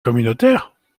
communautaires